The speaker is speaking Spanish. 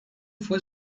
fue